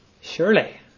surely